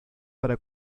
para